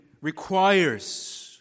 requires